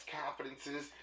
confidences